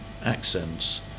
accents